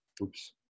Oops